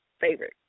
Favorite